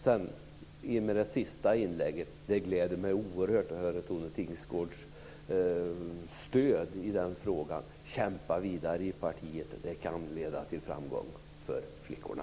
Vad gäller Tone Tingsgårds senaste inlägg gläder det mig oerhört att ha Tone Tingsgårds stöd i frågan om kvinnlig värnplikt. Kämpa vidare i partiet! Det kan leda till framgång för flickorna.